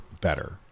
better